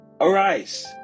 Arise